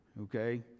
okay